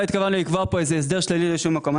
התכוונו לקבוע פה איזה הסדר שלילי לשום מקום.